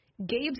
Gabe's